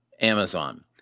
Amazon